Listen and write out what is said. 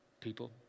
people